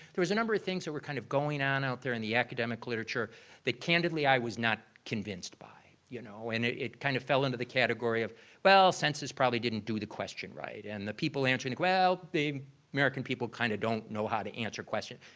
there was a number of things that were kind of going on out there in the academic literature that candidly, i was not convinced by, you know, and it it kind of fell into the category of well, census probably didn't do the question right. and the people answering, well, the american people kind of don't know how to answer the question.